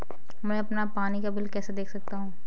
मैं अपना पानी का बिल कैसे देख सकता हूँ?